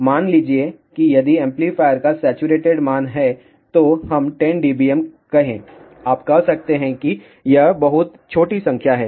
मान लीजिए कि यदि एम्पलीफायर का सैचुरेटेड मान है तो हम 10 dBm कहें आप कह सकते हैं कि यह बहुत छोटी संख्या है